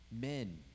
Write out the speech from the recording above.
men